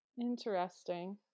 interesting